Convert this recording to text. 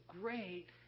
great